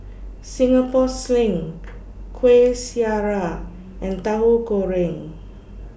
Singapore Sling Kueh Syara and Tahu Goreng